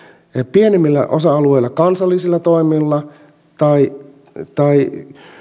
pienimmillä osa alueilla kansallisilla toimilla tai tai